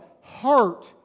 heart